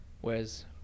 Whereas